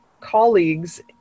colleagues